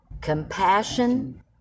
compassion